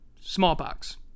smallpox